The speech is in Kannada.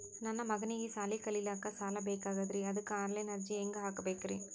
ನನ್ನ ಮಗನಿಗಿ ಸಾಲಿ ಕಲಿಲಕ್ಕ ಸಾಲ ಬೇಕಾಗ್ಯದ್ರಿ ಅದಕ್ಕ ಆನ್ ಲೈನ್ ಅರ್ಜಿ ಹೆಂಗ ಹಾಕಬೇಕ್ರಿ?